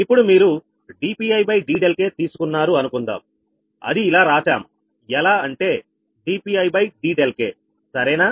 ఇప్పుడు మీరు dpidδk తీసుకున్నారు అనుకుందాంఅది ఇలా రాశాం ఎలా అంటే dpidδk సరేనా